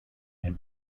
are